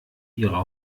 ihrer